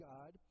God